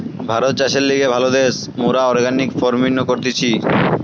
ভারত চাষের লিগে ভালো দ্যাশ, মোরা অর্গানিক ফার্মিনো করতেছি